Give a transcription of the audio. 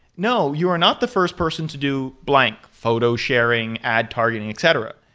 no. you're not the first person to do blank photo sharing, ad targeting, etc.